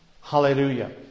Hallelujah